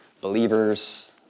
believers